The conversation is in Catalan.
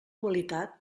qualitat